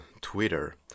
Twitter